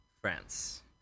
France